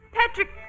Patrick